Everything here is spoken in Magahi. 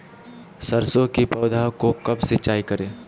सरसों की पौधा को कब सिंचाई करे?